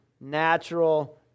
natural